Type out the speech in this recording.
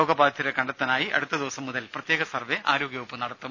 രോഗബാധിതരെ കണ്ടെത്താനായി അടുത്ത ദിവസം മുതൽ പ്രത്യേക സർവേ ആരോഗ്യ വകുപ്പ് നടത്തും